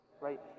Right